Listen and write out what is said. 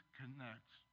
connects